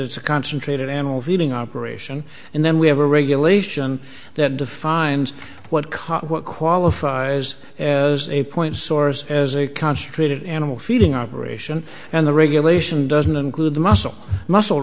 it's a concentrated animal feeding operation and then we have a regulation that defines what caught what qualifies as a point source as a concentrated animal feeding operation and the regulation doesn't include the muscle muscle